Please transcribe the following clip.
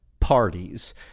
Parties